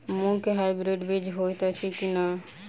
मूँग केँ हाइब्रिड बीज हएत अछि की नै?